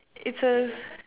it's a